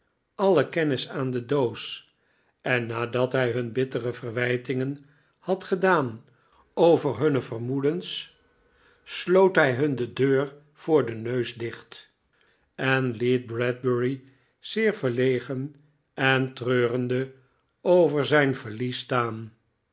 alle kennis aan de doos errnadat hij hun bittere verwijtingen had gedaan over hunne vermoedens sloot hij hun de deur voor den neus dicht en liet bradbury zeer verlegen en treurende over zijn verlies staan